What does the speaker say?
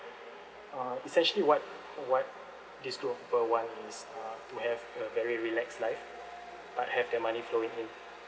uh is essentially what what this group of people want is uh to have a very relaxed life uh have their money flowing in